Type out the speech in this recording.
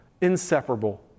inseparable